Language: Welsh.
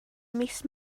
mis